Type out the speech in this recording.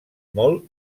molt